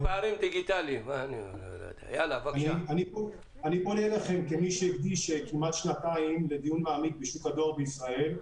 אני פונה אליכם כמי שהקדיש כמעט שנתיים לדיון מעמיק בשוק הדואר בישראל,